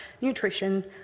nutrition